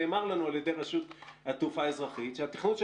נאמר לנו על ידי רשות התעופה האזרחית שהתכנון של